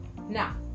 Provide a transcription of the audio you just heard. Now